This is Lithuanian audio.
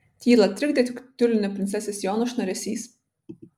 tylą trikdė tik tiulinio princesės sijono šnaresys